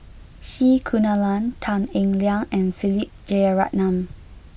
C Kunalan Tan Eng Liang and Philip Jeyaretnam